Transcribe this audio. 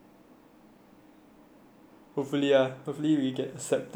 hopefully ah hopefully we get accepted into this program